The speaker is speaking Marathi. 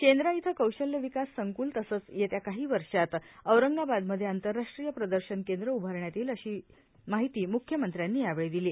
शेंद्रा इथं कौशल्य विकास संक्ल तसंच येत्या काही वर्षात औरंगाबादमध्ये आंतरराष्ट्रीय प्रदर्शन केंद्र उभारण्यात येईल अशी माहिती मुख्यमंत्र्यांनी यावेळी दिली